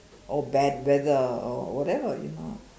or bad weather or whatever you know